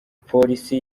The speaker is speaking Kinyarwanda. polisi